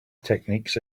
techniques